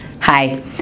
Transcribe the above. Hi